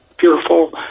fearful